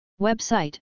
Website